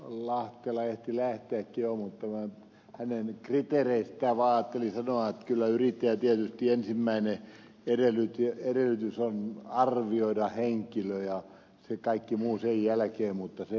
lahtela ehti lähteäkin jo mutta minä hänen kriteereistään vaan ajattelin sanoa että kyllä yrittäjän tietysti ensimmäinen edellytys on arvioida henkilö ja se kaikki muu sen jälkeen mutta se